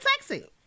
sexy